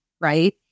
Right